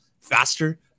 faster